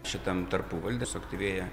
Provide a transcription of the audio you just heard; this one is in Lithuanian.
šitam tarpuvaldyje suaktyvėja